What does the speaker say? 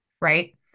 Right